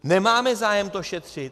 Nemáme zájem to šetřit?